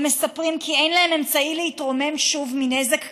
ומספרים כי אין להם אמצעי להתרומם שוב מנזק כזה.